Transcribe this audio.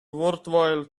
worthwhile